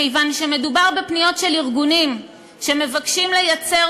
כיוון שמדובר בפניות של ארגונים שמבקשים לייצר